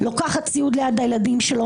לוקחת ציוד ליד הילדים שלו?